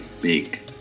big